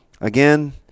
Again